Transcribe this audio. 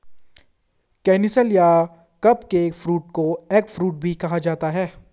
canistel या cupcake fruit को eggfruit भी कहा जाता है